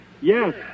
Yes